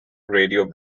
radio